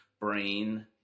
brain